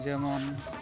ᱡᱮᱢᱚᱱ